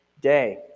day